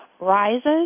rises